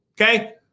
okay